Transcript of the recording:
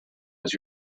was